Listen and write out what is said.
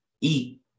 eat